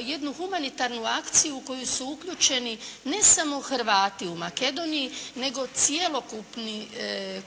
jednu humanitarnu akciju u koju su uključeni ne samo Hrvati u Makedoniji nego cjelokupni kulturni